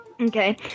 Okay